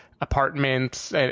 apartments